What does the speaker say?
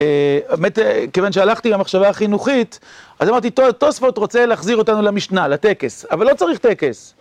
אה... האמת, כיוון שהלכתי למחשבה החינוכית, אז אמרתי, תוספות רוצה להחזיר אותנו למשנה, לטקס, אבל לא צריך טקס.